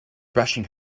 brushing